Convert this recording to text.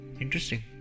interesting।